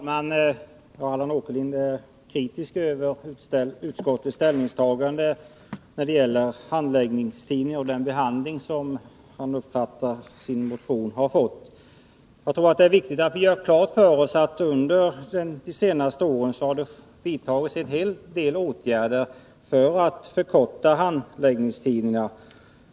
Herr talman! Allan Åkerlind är kritisk över utskottets behandling av hans motion om handläggningstiderna. Jag tror att det är viktigt att vi gör klart för oss att det under de senaste åren vidtagits en hel del åtgärder för att förkorta handläggningstiderna.